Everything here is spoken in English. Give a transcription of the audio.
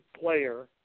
player